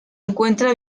encuentra